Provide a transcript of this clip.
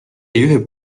juhib